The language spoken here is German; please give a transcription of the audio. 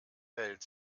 welt